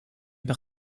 par